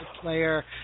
player